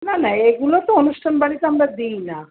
না না এইগুলো তো অনুষ্ঠান বাড়িতে আমরা দিই না